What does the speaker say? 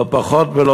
לא פחות ולא